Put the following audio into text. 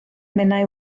minnau